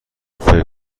فکر